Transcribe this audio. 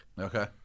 Okay